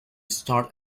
start